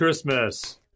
Christmas